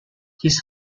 his